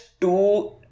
two